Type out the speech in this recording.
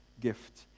gift